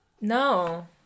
no